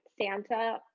Santa